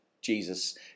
Jesus